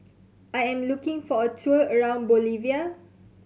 I am looking for a tour around Bolivia